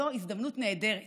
זו הזדמנות נהדרת